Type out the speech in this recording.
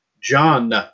John